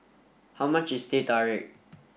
how much is Teh Tarik